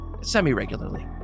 semi-regularly